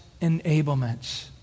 enablements